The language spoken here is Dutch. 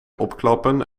opklappen